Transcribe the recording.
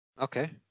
Okay